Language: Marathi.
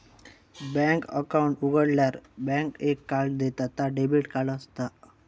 बॅन्क अकाउंट उघाडल्यार बॅन्क एक कार्ड देता ता डेबिट कार्ड असता